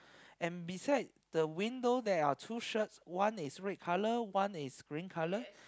and beside the window there are two shirts one is red colour one is green colour